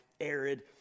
arid